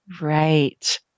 Right